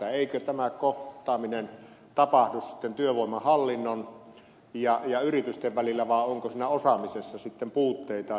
eikö tämä kohtaaminen tapahdu sitten työvoimahallinnon ja yritysten välillä vai onko siinä osaamisessa sitten puutteita